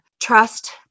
trust